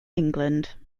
england